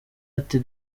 ati